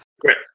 Great